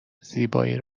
زیبایی